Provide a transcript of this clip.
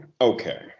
Okay